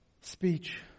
speech